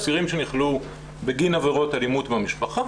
אסירים שנכלאו בגין עבירות אלימות במשפחה,